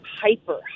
hyper